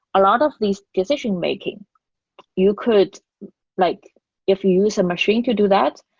a lot of these decision making you could like if you use a machine to do that,